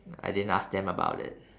I didn't ask them about it